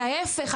ההיפך,